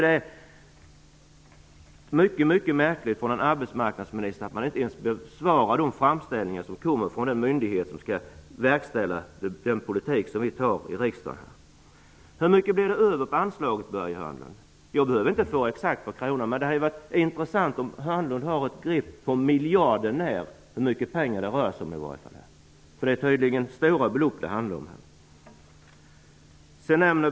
Det är mycket märkligt av en arbetsmarknadsminister att han inte ens besvarar de framställningar som kommer från den myndighet som skall verkställa de beslut som vi fattar här i riksdagen. Hörnlund? Jag behöver inte veta exakt på kronan, men det hade varit intressant att veta om Börje Hörnlund har ett grepp om hur mycket pengar på miljarden när det rör sig om. Det är tydligen stora belopp det handlar om.